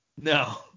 No